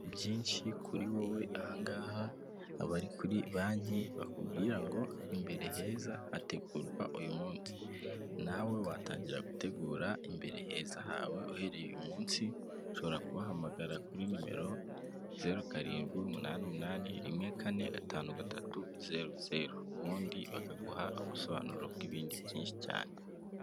Byinshi kuri wowe, aha ngaha abari kuri banki bakubwira ngo imbere heza hategurwa uyu munsi, nawe watangira gutegura imbere heza hawe uhereye uyu umunsi, ushobora kubahamagara kuri nimero zeru karindwi umunani umunani rimwe kane gatanu gatatu zeru zeru, ubundi bakaguha ubusobanuro bw'ibindi byinshi cyane.